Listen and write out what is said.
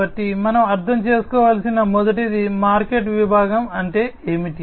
కాబట్టి మనం అర్థం చేసుకోవలసిన మొదటిది మార్కెట్ విభాగం అంటే ఏమిటి